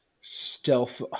stealth